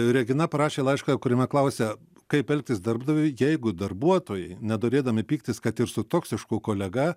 regina parašė laišką kuriame klausia kaip elgtis darbdaviui jeigu darbuotojai nenorėdami pyktis kad ir su toksišku kolega